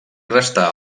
restà